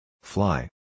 Fly